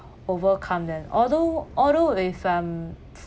overcome them although although if um